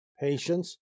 patience